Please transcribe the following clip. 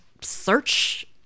search